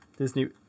Disney